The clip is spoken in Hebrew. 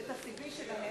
ו-CV שלהם,